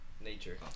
Nature